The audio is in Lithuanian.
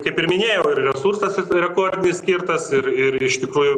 kaip ir minėjau ir resursas rekordinis skirtas ir ir iš tikrųjų